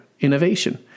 innovation